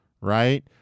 right